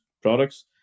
products